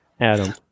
Adam